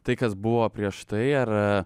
tai kas buvo prieš tai ar